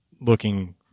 looking